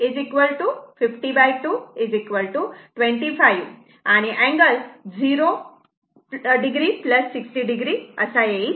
तर हे 5 10 2 502 25 आणि अँगल 0o 60 o असा येईल